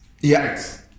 Yes